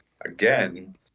again